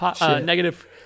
negative